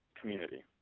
community